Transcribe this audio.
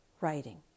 writing